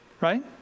right